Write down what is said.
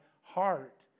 heart